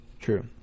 True